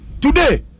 today